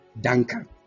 duncan